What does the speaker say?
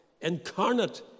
incarnate